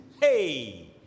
hey